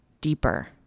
deeper